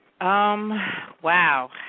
Wow